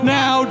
now